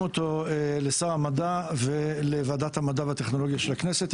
אותה לשר המדע ולוועדת המדע והטכנולוגיה של הכנסת.